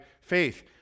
faith